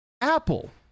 Apple